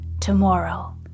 Tomorrow